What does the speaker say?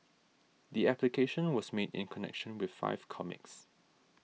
the application was made in connection with five comics